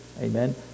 Amen